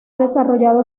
desarrollado